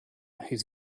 whose